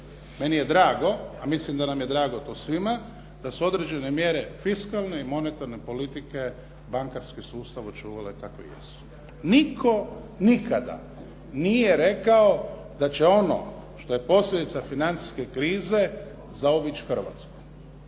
Meni je drago, a mislim da nam je drago to svima da su određene mjere fiskalne i monetarne politike bankarski sustav očuvale kako jesu. Nitko nikada nije rekao da će ono što je posljedica financijske krize zaobići Hrvatsku,